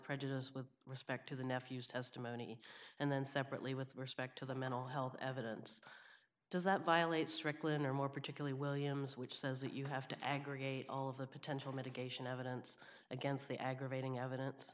prejudice with respect to the nephews testimony and then separately with respect to the mental health evidence does that violate stricklin or more particularly williams which says that you have to aggregate all of the potential mitigation evidence against the aggravating evidence